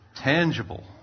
tangible